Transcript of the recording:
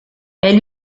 elle